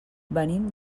venim